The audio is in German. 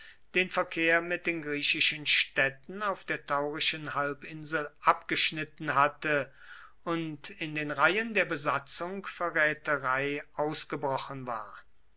den verkehr mit den griechischen städten auf der taurischen halbinsel abgeschnitten hatte und in den reihen der besatzung verräterei ausgebrochen war